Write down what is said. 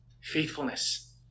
faithfulness